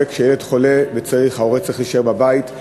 כשילד חולה וההורה צריך להישאר בבית,